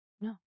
no